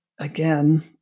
again